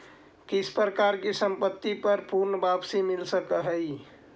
किस प्रकार की संपत्ति पर पूर्ण वापसी मिल सकअ हई